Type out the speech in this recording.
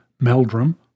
Meldrum